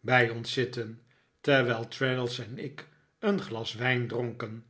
bij ons zitten terwijl traddles en ik een glas wijn dronken